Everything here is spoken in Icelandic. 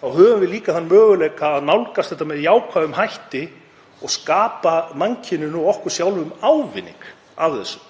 Við höfum líka þann möguleika að nálgast þetta með jákvæðum hætti og skapa mannkyninu og okkur sjálfum ávinning af þessu.